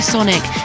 Sonic